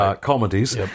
comedies